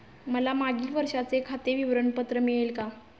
मला मागील वर्षाचे खाते विवरण पत्र मिळेल का?